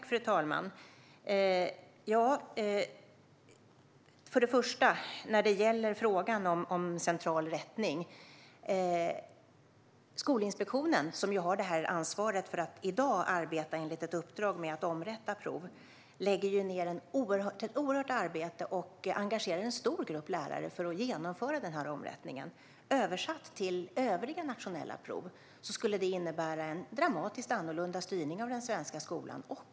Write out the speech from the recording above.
Fru talman! När det gäller frågan om central rättning är det så att Skolinspektionen, som i dag har ansvaret för att arbeta enligt ett uppdrag med att omrätta prov, lägger ned ett oerhört arbete och engagerar en stor grupp lärare för att genomföra omrättningen. Översatt till övriga nationella prov skulle det innebära en dramatiskt annorlunda styrning av den svenska skolan.